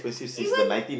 even